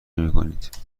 نمیکنید